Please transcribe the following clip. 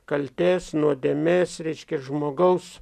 kaltės nuodėmės reiškia žmogaus